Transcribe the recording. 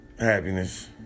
Happiness